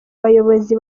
bayobozi